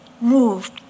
moved